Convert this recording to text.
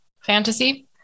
fantasy